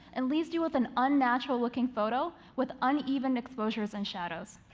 and leaves you with an unnatural-looking photo with uneven exposures and shadows.